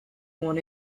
won